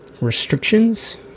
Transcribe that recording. restrictions